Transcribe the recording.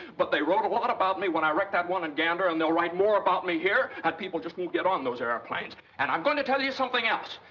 but they wrote a lot about me when i wrecked that one in gander. they'll write more about me here. and people just won't get on those airplanes. and i'm going to tell you something else.